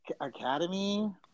Academy